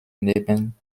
neben